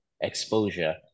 exposure